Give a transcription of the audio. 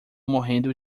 morrendo